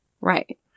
Right